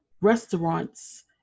restaurants